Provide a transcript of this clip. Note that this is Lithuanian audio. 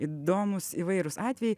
įdomūs įvairūs atvejai